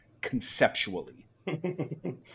conceptually